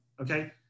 Okay